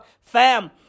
Fam